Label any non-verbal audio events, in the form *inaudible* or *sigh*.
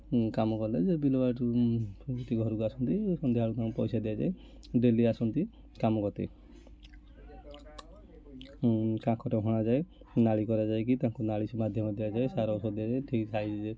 ହୁଁ କାମ କଲେ ଯେ ବିଲ ବାଡ଼ି *unintelligible* ଘରକୁ ଆସନ୍ତି ସନ୍ଧ୍ୟା ବେଳକୁ ପଇସା ଦିଆଯାଏ ଡେଲି ଆସନ୍ତି କାମ କରତେ ହୁଁ *unintelligible* ହଣାଯାଏ ନାଳି କରାଯାଇ କି ତାକୁ ନାଳି ମାଧ୍ୟମରେ ଦିଆଯାଏ ସାର *unintelligible* ଦିଆଯାଏ ଠିକ୍ ସାଇଜ୍ରେ